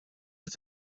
qed